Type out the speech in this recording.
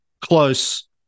close